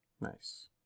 nice